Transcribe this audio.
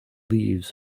leaves